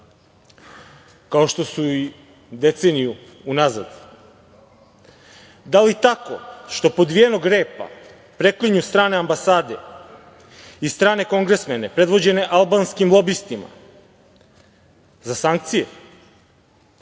kao što su i deceniju unazad? Da li tako što podvijenog repa preklinju strane ambasade i strane kongresmene predvođene albanskim lobistima za sankcije?